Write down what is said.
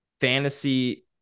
fantasy